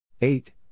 eight